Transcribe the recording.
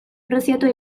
preziatua